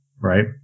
Right